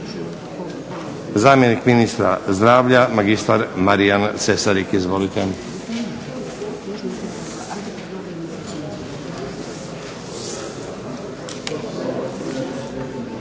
Zamjenik ministra zdravlja magistar Marijan Cesarik. Izvolite.